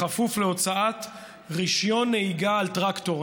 בכפוף להוצאת רישיון נהיגה על טרקטור,